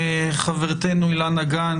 חברתנו אילנה גנס,